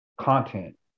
Content